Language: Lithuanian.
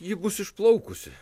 o ji bus išplaukusi